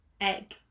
egg